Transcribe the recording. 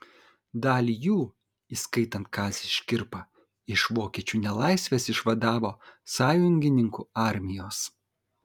dalį jų įskaitant kazį škirpą iš vokiečių nelaisvės išvadavo sąjungininkų armijos